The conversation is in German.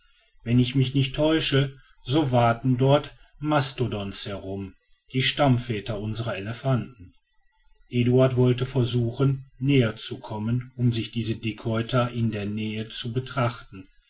wenn ich mich nicht täusche so waten dort mastodons herum die stammväter unserer elephanten eduard wollte versuchen näher zu kommen um sich diese dickhäuter in der nähe zu betrachten